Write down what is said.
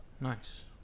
Nice